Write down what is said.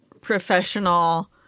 professional